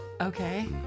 Okay